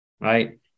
right